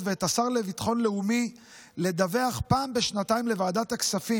ואת השר לביטחון לאומי לדווח פעם בשנתיים לוועדת הכספים